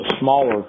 smaller